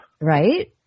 Right